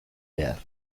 behar